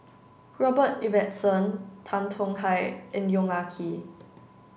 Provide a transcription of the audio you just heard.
Robert Ibbetson Tan Tong Hye and Yong Ah Kee